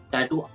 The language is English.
Tattoo